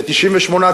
כש-98%,